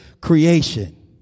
creation